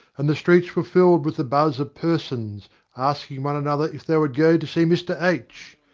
and the streets were filled with the buzz of persons asking one another if they would go to see mr. h,